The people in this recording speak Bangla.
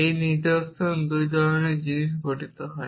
এই নিদর্শন 2 ধরনের জিনিস গঠিত হয়